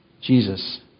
Jesus